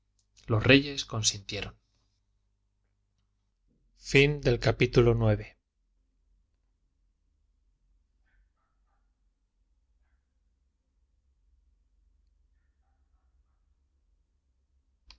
los reyes consintieron